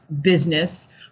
business